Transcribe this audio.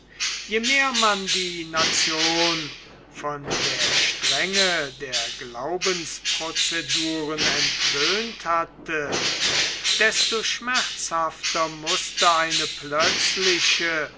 je mehr man die nation von der strenge der glaubensproceduren entwöhnt hatte desto schmerzhafter mußte eine plötzliche